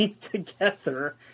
together